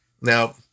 Now